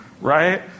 Right